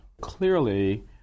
Clearly